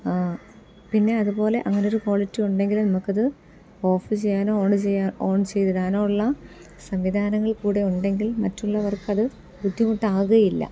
പിന്നെ അതുപോലെ അങ്ങനെ ഒരു ക്വാളിറ്റി ഉണ്ടെങ്കിൽ നമുക്ക് അത് ഓഫ് ചെയ്യാനോ ഓൺ ചെയ്യാൻ ഓൺ ചെയ്തിടാനോ ഉള്ള സംവിധാനങ്ങൾ കൂടെ ഉണ്ടെങ്കിൽ മറ്റുള്ളവർക്ക് അത് ബുദ്ധിമുട്ടാകുകയില്ല